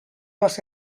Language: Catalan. les